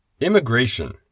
immigration